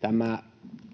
Tämä